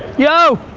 yo!